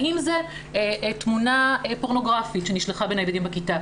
האם זה תמונה פורנוגרפית שנשלחה בין הילדים בכיתה,